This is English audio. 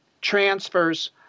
transfers